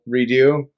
redo